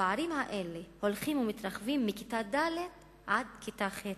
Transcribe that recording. הפערים האלה הולכים ומתרחבים מכיתה ד' עד כיתה ח',